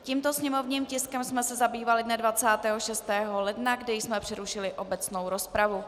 Tímto sněmovním tiskem jsme se zabývali dne 26. ledna, kde jsme přerušili obecnou rozpravu.